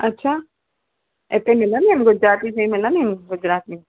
अच्छा हिते मिलंदियूं गुजराती शयूं मिलंदियूं गुजराती